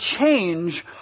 change